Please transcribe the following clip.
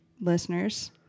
listeners